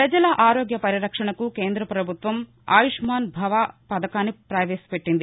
ప్రపజల ఆరోగ్య పరిరక్షణకు కేంద్ర పభుత్వం ఆయుష్మాన్ భవ పథకాన్ని పవేశపెట్టింది